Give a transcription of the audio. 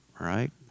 right